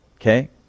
okay